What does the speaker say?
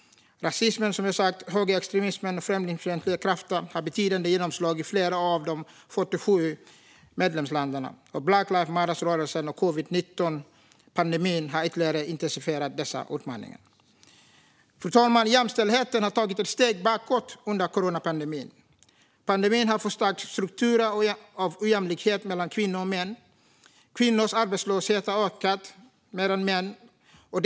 Rasism, högerextremism och främlingsfientliga krafter har fått betydande genomslag i flera av de 47 medlemsländerna. Och Black Lives Matter-rörelsen och covid-19-pandemin har ytterligare intensifierat dessa utmaningar. Fru talman! Jämställdheten har tagit ett steg bakåt under coronapandemin. Pandemin har förstärkt strukturer av ojämlikhet mellan kvinnor och män. Kvinnors arbetslöshet har ökat mer än männens.